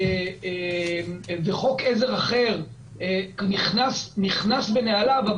וחוק עזר אחר נכנס בנעליו,